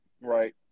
right